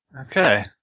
Okay